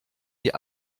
die